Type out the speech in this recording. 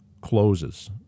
closes